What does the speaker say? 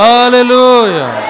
Hallelujah